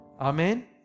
Amen